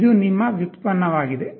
ಇದು ನಿಮ್ಮ ವ್ಯುತ್ಪನ್ನವಾಗಿದೆ